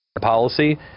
policy